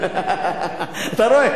אתה רואה?